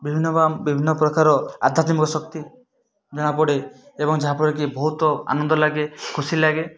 ବିଭିନ୍ନ ପ୍ରକାର ବିଭିନ୍ନ ପ୍ରକାର ଆଧ୍ୟାତ୍ମିକ ଶକ୍ତି ଜଣାପଡ଼େ ଏବଂ ଯାହାଫଳରେ କି ବହୁତ ଆନନ୍ଦ ଲାଗେ ଖୁସି ଲାଗେ